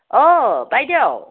औ बायदेव